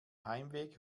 heimweg